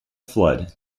flood